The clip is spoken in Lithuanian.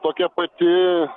tokia pati